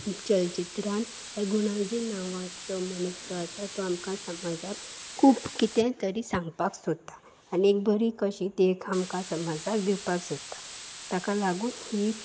चलचित्रान ह्या गुणाजी नांवाचो मनीस जो आसा तो आमकां समाजाक खूब कितें तरी सांगपाक सोदता आनी एक बरी कशी देख आमकां समाजाक दिवपाक सोदता ताका लागून ही